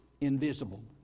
invisible